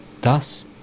Thus